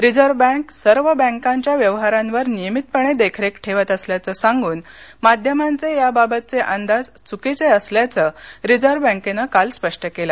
reserve bank सर्व बँकांच्या व्यवहारांवर नियमितपणे देखरेख ठेवत असल्याघंसांगून माध्यमांचे याबाबतचे अंदाज चुकीचे असल्याघं रिझर्व्ह बॅकेनं काल स्पष्टकेलं